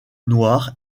noir